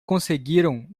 conseguiram